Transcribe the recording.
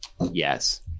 Yes